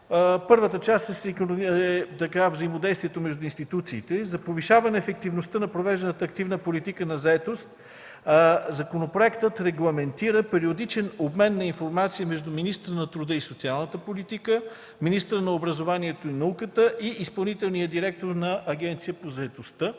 Първата част е взаимодействието между институциите за повишаване ефективността на провежданата активна политика на заетост. Законопроектът регламентира периодичен обмен на информация между министъра на труда и социалната политика, министъра на образованието и науката и изпълнителния директор на Агенцията по заетостта.